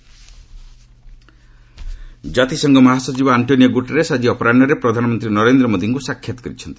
PM Modi Guterres ଜାତିସଂଘ ମହାସଚିବ Antonio Guterres ଆଜି ଅପରାହ୍ନରେ ପ୍ରଧାନମନ୍ତ୍ରୀ ନରେନ୍ଦ୍ର ମୋଦିଙ୍କୁ ସାକ୍ଷାତ କରିଛନ୍ତି